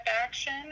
action